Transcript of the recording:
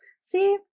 see